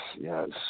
yes